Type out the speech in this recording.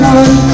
one